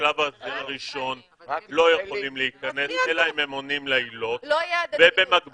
בשלב הראשון לא יכולים להיכנס אלא אם הם עונים לעילות ובמקביל,